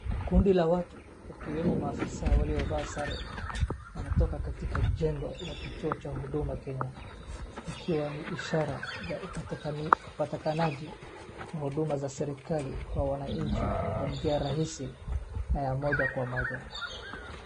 Kundi la watu, wakiwemo maafisa waliovaa sare, wanatoka katika jengo la Kituo cha Huduma Kenya, likiwa ni ishara ya upatikanaji wa huduma za serikali kwa wananchi kwa njia rahisi na ya moja kwa moja.